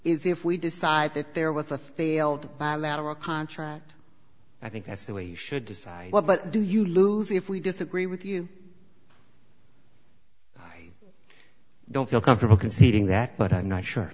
is if we decide that there was a failed bilateral contract i think that's the way you should decide what do you lose if we disagree with you i don't feel comfortable conceding that but i'm not sure